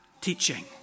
teaching